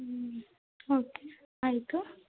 ಹ್ಞೂ ಓಕೆ ಆಯಿತು